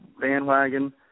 bandwagon